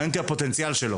מעניין אותי הפוטנציאל שלו.